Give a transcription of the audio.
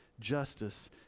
justice